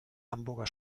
hamburger